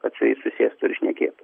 kad su jais susėstų ir šnekėtų